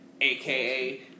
AKA